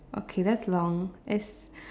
okay that's long that's